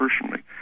personally